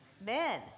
men